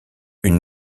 une